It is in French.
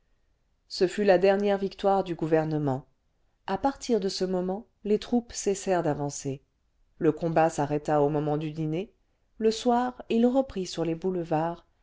ce fut la dernière victoire du gouvernement a partir de ce moment les troupes cessèrent d'avancer le combat s'arrêta au moment du dîner le soir il reprit sur les boulevards